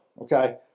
Okay